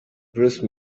bruce